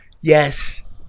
Yes